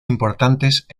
importantes